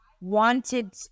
wanted